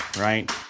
right